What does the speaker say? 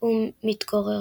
הוא מתגורר.